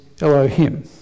Elohim